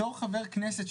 בתור חבר כנסת,